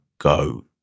go